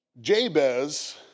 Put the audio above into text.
Jabez